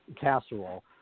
casserole